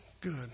good